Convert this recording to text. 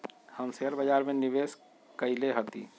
हम शेयर बाजार में निवेश कएले हती